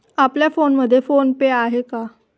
आपल्या फोनमध्ये PhonePe आहे का?